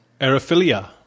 Aerophilia